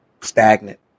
stagnant